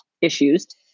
issues